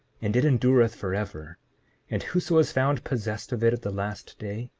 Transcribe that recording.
and it endureth forever and whoso is found possessed of it at the last day,